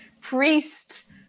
priest